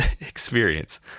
experience